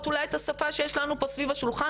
אולי את השפה שיש לנו פה סביב השולחן,